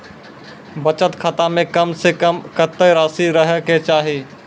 बचत खाता म कम से कम कत्तेक रासि रहे के चाहि?